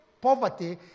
poverty